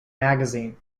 magazine